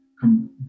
come